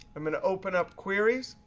i'm going to open up queries.